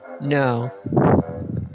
No